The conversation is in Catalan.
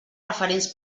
referents